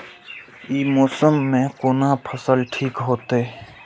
ई मौसम में कोन फसल ठीक होते?